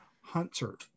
Hunter